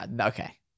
Okay